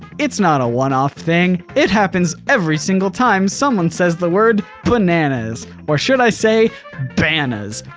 it's not a one-off thing, it happens every single time someone says the word bananas or should i say banas.